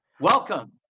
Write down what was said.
welcome